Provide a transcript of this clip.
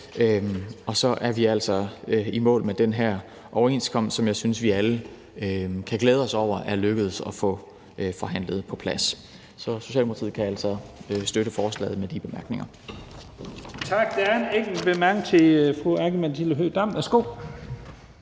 er vi altså i mål med den her overenskomst, som jeg synes at vi alle kan glæde os over er lykkedes at få forhandlet på plads. Socialdemokratiet kan altså støtte forslaget med de bemærkninger. Kl. 13:05 Første næstformand (Leif Lahn